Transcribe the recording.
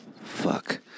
Fuck